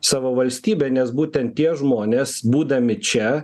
savo valstybę nes būtent tie žmonės būdami čia